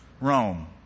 Rome